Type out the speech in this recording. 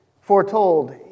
foretold